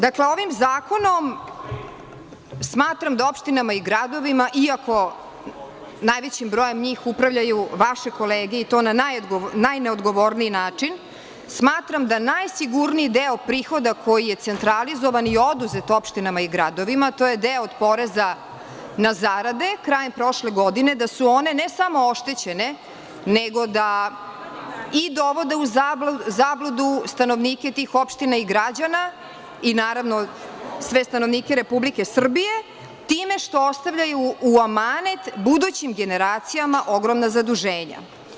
Dakle, ovim zakonom smatram da opštinama i gradovima, iako najvećim brojem njih upravljaju vaše kolege i to na najneodgovorniji način, smatram da najsigurniji deo prihoda koji je centralizovan i oduzet opštinama i gradovima, to je deo od poreza na zarade krajem prošle godine, da su one ne samo oštećene, nego da i dovode u zabludu stanovnike tih opština i građana i naravno sve stanovnike Republike Srbije, time što ostavljaju u amanet budućim generacijama ogromna zaduženja.